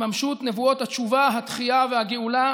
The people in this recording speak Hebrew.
בהתממשות נבואות התשובה, התחייה והגאולה